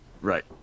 Right